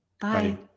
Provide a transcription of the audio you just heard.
Bye